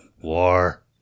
war